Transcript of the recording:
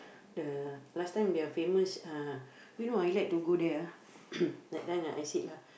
the last time their famous uh you know I like to go there ah that time the I sick lah